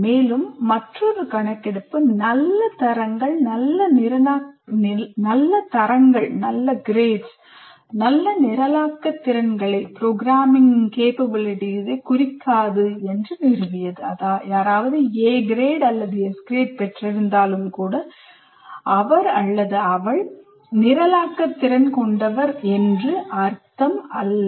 மேலும் மற்றொரு கணக்கெடுப்பு நல்ல தரங்கள் நல்ல நிரலாக்க திறன்களைக் குறிக்காது என்று நிறுவியது யாராவது 'A' அல்லது 'S' பெற்றிருந்தாலும் அவர் அவள் நிரலாக்க திறன் கொண்டவர் என்று அர்த்தமல்ல